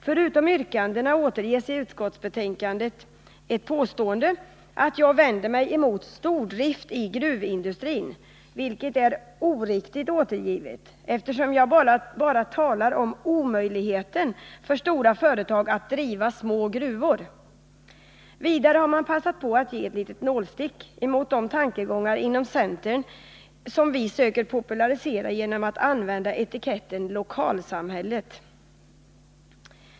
Förutom yrkandena återges där ett påstående, att jag vänder mig emot stordrift i gruvindustrin, vilket är oriktigt återgivet, eftersom jag bara talar om möjligheten för stora företag att driva små gruvor. Vidare har man passat på att ge ett litet nålstick när det gäller de tankegångar som vi inom centern söker popularisera genom att använda etiketten ”lokalsamhället”.